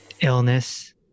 Illness